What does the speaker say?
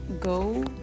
go